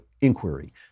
inquiry